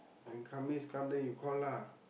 then come means come then you call lah